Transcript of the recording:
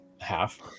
half